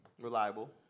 reliable